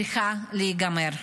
צריכה להיגמר.